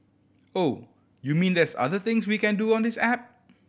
oh you mean there's other things we can do on this app